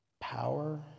power